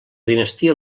dinastia